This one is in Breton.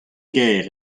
ger